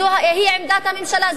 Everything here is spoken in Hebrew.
זאת עמדת הממשלה.